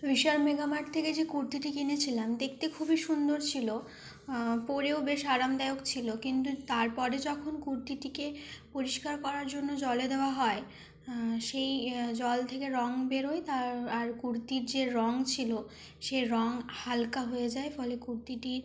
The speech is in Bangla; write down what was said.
বিশাল মেগা মার্ট থেকে যে কুর্তিটি কিনেছিলাম দেখতে খুবই সুন্দর ছিল পরেও বেশ আরামদায়ক ছিল কিন্তু তার পরে যখন কুর্তিটিকে পরিষ্কার করার জন্য জলে দেওয়া হয় সেই জল থেকে রঙ বেরোয় তা আর কুর্তির যে রঙ ছিল সে রঙ হালকা হয়ে যায় ফলে কুর্তিটি